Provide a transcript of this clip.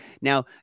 Now